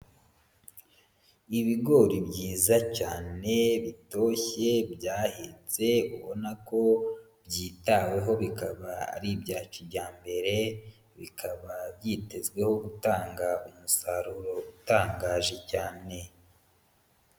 Ibigori byiza cyane bitoshye byahetse ubona ko byitaweho bikaba ari ibya kijyambere, bikaba byitezweho gutanga umusaruro utangaje cyane.